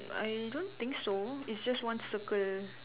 I don't think so it's just one circle